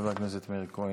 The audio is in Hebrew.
חבר הכנסת מאיר כהן.